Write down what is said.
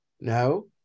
No